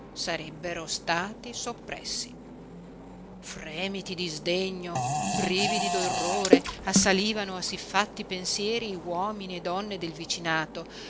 sarebbero stati soppressi fremiti di sdegno brividi d'orrore assalivano a siffatti pensieri uomini e donne del vicinato